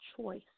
choice